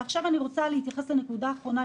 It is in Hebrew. ועכשיו אני רוצה להתייחס לנקודה האחרונה,